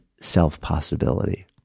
self-possibility